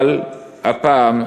אבל הפעם,